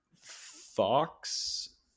Fox